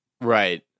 Right